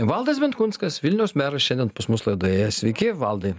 valdas benkunskas vilniaus meras šiandien pas mus laidoje sveiki valdai